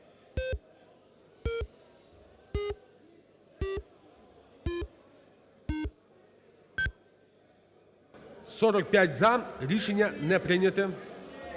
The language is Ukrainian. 216, рішення не прийнято.